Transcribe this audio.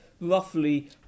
roughly